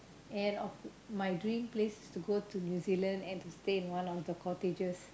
and also my dream place is to go to New Zealand and stay in one of the cottages